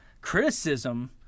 criticism